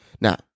Now